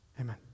Amen